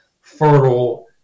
fertile